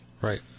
Right